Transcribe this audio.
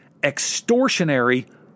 extortionary